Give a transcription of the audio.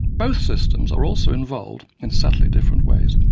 both systems are also involved, in subtly different ways,